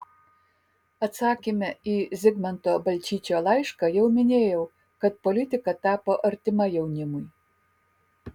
atsakyme į zigmanto balčyčio laišką jau minėjau kad politika tapo artima jaunimui